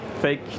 fake